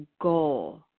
goal